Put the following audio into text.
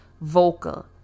vocal